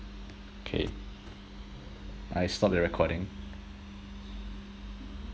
K I stop the recording